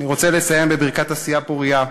אני רוצה לסיים בברכת עשייה פורייה,